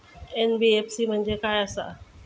NBFC म्हणजे खाय आसत?